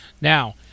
Now